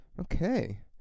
Okay